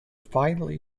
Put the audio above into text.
finally